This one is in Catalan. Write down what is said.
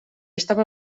estava